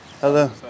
Hello